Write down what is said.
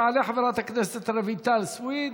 תעלה חברת הכנסת רויטל סויד,